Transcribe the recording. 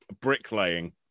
bricklaying